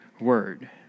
word